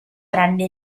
prende